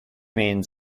means